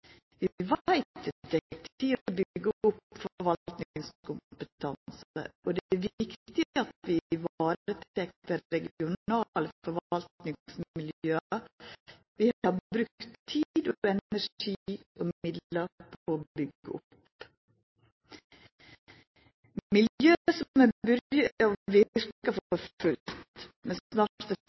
forvaltningskompetanse, og det er viktig at vi varetek dei regionale forvaltningsmiljøa vi har brukt tid, energi og midlar på å byggja opp, miljø som har byrja å verka for fullt, men snart